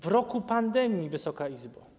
W roku pandemii, Wysoka Izbo.